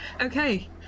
Okay